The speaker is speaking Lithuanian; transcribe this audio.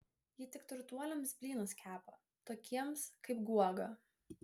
ji tik turtuoliams blynus kepa tokiems kaip guoga